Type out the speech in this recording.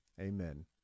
Amen